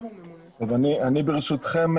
ברשותכם,